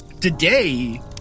Today